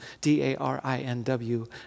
D-A-R-I-N-W